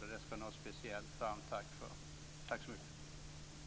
Det skall ni ha ett speciellt varmt tack för. Tack så mycket!